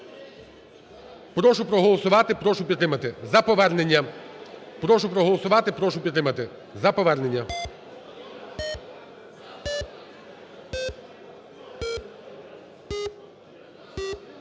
Прошу проголосувати, прошу підтримати. За повернення.